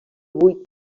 buit